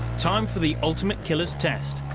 time for the ultimate killers test.